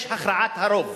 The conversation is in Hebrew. יש הכרעת הרוב,